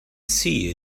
see